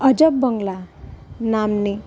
अजबङ्ग्ला नाम्नः